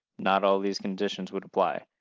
not all of these conditions would apply.